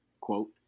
quote